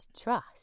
trust